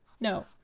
no